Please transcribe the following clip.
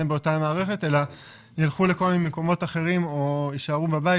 באותה מערכת אלא ילכו לכל מיני מקומות אחרים או יישארו בבית,